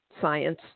science